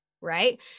right